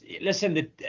listen